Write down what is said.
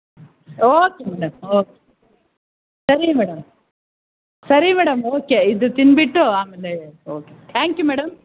okay madam okay ಸರಿ madam ಸರಿ madam okay ಇದು ತಿಂದ್ಬಿಟ್ಟು ಆಮೇಲೆ ಓಕೆ ಥ್ಯಾಂಕ್ ಯು ಮೇಡಮ್